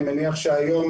אני מניח שהיום